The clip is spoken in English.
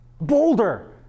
Boulder